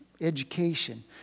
education